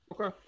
Okay